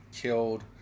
killed